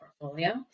portfolio